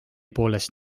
poolest